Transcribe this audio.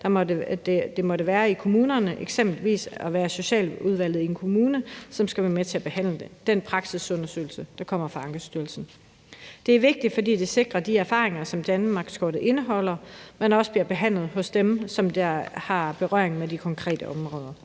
der måtte være i kommunerne, eksempelvis socialudvalget i en kommune, i at behandle den praksisundersøgelse, der kommer fra Ankestyrelsen. Det er vigtigt, fordi det sikrer de erfaringer, som danmarkskortet indeholder, men også, at det bliver behandlet hos dem, som har berøring med de konkrete områder.